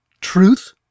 Truth